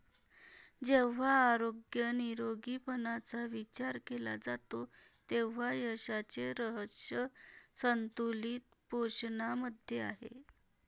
जेव्हा आरोग्य निरोगीपणाचा विचार केला जातो तेव्हा यशाचे रहस्य संतुलित पोषणामध्ये आहे